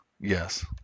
yes